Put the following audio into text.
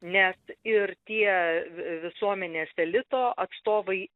nes ir tie visuomenės elito atstovai